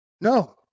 No